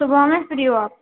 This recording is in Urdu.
صُبح میں فری ہو آپ